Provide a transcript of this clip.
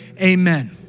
amen